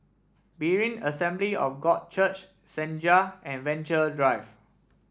Berean Assembly of God Church Senja and Venture Drive